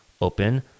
open